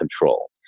control